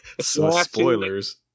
spoilers